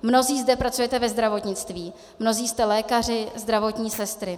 Mnozí zde pracujete ve zdravotnictví, mnozí jste lékaři, zdravotní sestry.